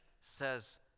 says